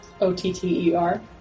O-T-T-E-R